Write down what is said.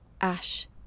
ash